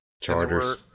Charters